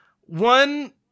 One